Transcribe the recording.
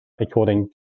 according